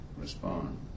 respond